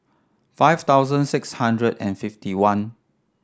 five thousand six hundred and fifty one